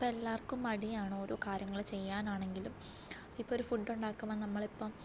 ഇപ്പോൾ എല്ലാവർക്കും മടിയാണ് ഓരോ കാര്യങ്ങൾ ചെയ്യാൻ ആണെങ്കിലും ഇപ്പോൾ ഒരു ഫുഡുണ്ടാക്കുമ്പം നമ്മളിപ്പം